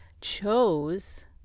chose